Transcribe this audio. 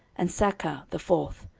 and sacar the fourth,